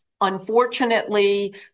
Unfortunately